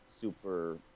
super